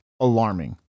Alarming